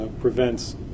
prevents